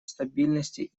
стабильности